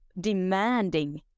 demanding